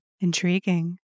Intriguing